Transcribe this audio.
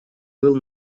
был